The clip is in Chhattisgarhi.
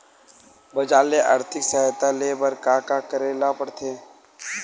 बजार ले आर्थिक सहायता ले बर का का करे ल पड़थे?